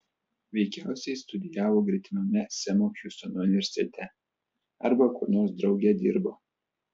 veikiausiai studijavo gretimame semo hiustono universitete arba kur nors drauge dirbo